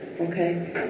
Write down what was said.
Okay